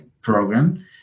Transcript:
program